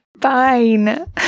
Fine